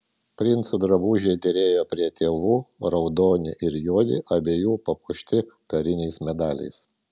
princų drabužiai derėjo prie tėvų raudoni ir juodi abiejų papuošti kariniais medaliais